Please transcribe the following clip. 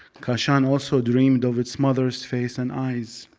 kashan also dreamed of its mother's face and eyes.